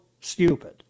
stupid